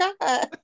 God